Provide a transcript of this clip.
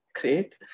great